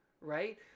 right